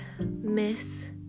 miss